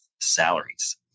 salaries